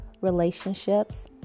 relationships